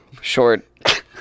Short